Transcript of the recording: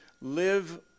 live